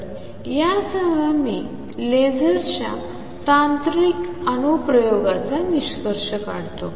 तर यासह मी लेझर्सच्या तांत्रिक अनुप्रयोगाचा निष्कर्ष काढतो